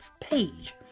page